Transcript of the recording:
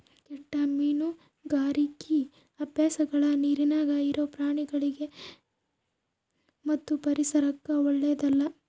ಕೆಟ್ಟ ಮೀನುಗಾರಿಕಿ ಅಭ್ಯಾಸಗಳ ನೀರಿನ್ಯಾಗ ಇರೊ ಪ್ರಾಣಿಗಳಿಗಿ ಮತ್ತು ಪರಿಸರಕ್ಕ ಓಳ್ಳೆದಲ್ಲ